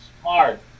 smart